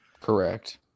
correct